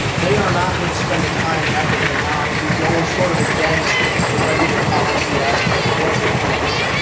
they are not gonna spend the time and effort right now to go sort of against the the regular policy aspects of what's in place.